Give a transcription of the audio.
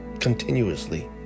continuously